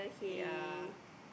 ya